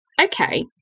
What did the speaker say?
okay